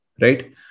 right